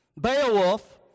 Beowulf